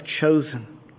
chosen